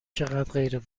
چقدرغیر